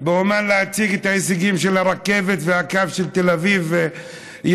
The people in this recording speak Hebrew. להציג את ההישגים של הרכבת והקו של תל אביב-ירושלים,